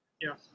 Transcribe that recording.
Yes